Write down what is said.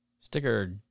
Sticker